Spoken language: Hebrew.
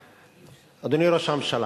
אדוני ראש הממשלה,